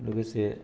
लोगोसे